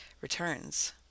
returns